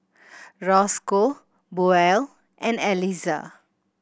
Rosco Buell and Elizah